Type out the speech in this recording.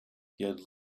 had